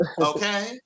Okay